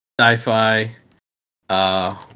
sci-fi